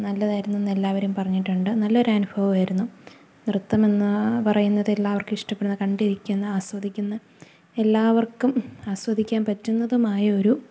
നല്ലതായിരുന്നെന്ന് എല്ലാവരും പറഞ്ഞിട്ടുണ്ട് നല്ലൊരനുഭവമായിരുന്നു നൃത്തം എന്നു പറയുന്നതെല്ലാവർക്കും ഇഷ്ടപ്പെടുന്ന കണ്ടിരിക്കുന്ന ആസ്വദിക്കുന്ന എല്ലാവർക്കും ആസ്വദിക്കാൻ പറ്റുന്നതുമായ ഒരു